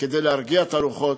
כדי להרגיע את הרוחות,